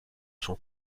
sont